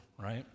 right